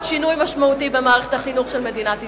שינוי משמעותי במערכת החינוך של מדינת ישראל.